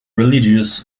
religious